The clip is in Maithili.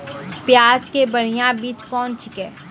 प्याज के बढ़िया बीज कौन छिकै?